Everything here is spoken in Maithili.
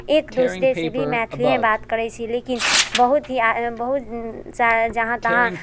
एक दूसरे से भी मैथिलीमे बात करैत छी लेकिन बहुत ही बहुत सारा जहाँ तहाँ